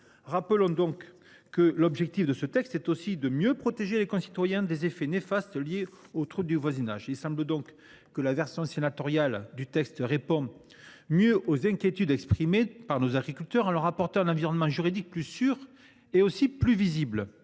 Rappelons que l’objectif de ce texte est aussi de mieux protéger les citoyens des effets néfastes liés aux troubles de voisinage. La version sénatoriale du texte semble donc mieux répondre aux inquiétudes exprimées par nos agriculteurs, en leur offrant un environnement juridique plus sûr et plus visible.